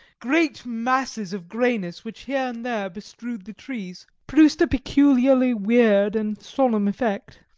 great masses of greyness, which here and there bestrewed the trees, produced a peculiarly weird and solemn effect,